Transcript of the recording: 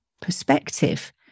perspective